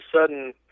sudden